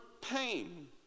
pain